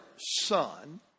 son